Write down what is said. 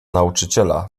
nauczyciela